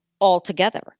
altogether